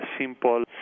simple